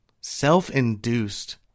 Self-induced